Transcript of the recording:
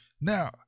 Now